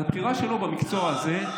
אז הבחירה שלו במקצוע הזה,